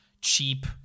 cheap